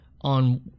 on